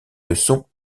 leçons